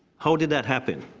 how did that happen?